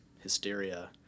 hysteria